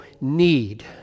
need